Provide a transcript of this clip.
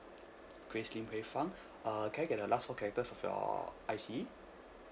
grace lim wei fang uh can I get the last four characters of your I_C